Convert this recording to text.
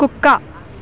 కుక్క